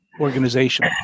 organization